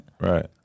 Right